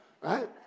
Right